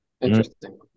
interesting